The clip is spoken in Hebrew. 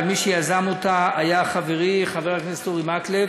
אבל מי שיזם אותה היה חברי חבר הכנסת אורי מקלב.